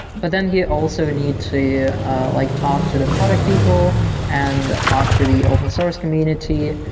but then he also need to ah like talk to the product people and talk to the open source community.